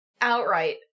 outright